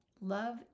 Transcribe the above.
Love